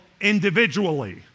individually